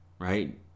right